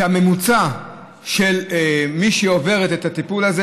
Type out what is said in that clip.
הממוצע של מי שעוברת את הטיפול הזה